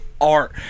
art